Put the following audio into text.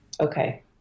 Okay